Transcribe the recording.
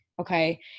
Okay